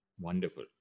Wonderful